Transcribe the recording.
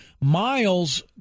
Miles